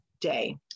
day